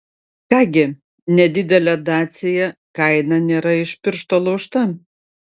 ką gi nedidelė dacia kaina nėra iš piršto laužta